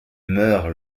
meurt